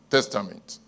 Testament